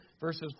verses